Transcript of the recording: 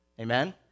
amen